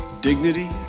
dignity